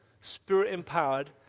spirit-empowered